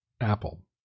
Apple